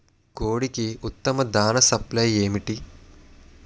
కోడికి ఉత్తమ దాణ సప్లై ఏమిటి?